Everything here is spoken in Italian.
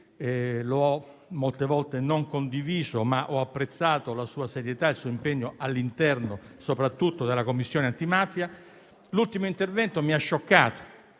non ho condiviso le sue posizioni, ma ho apprezzato la sua serietà e il suo impegno, all'interno soprattutto della Commissione antimafia. L'ultimo intervento mi ha scioccato.